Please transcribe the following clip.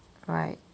right